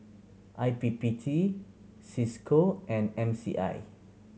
I P P T Cisco and M C I